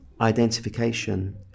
identification